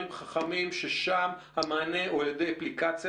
חכמים ששם המענה הוא על ידי אפליקציה,